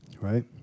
Right